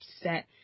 set